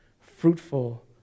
fruitful